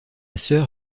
sœur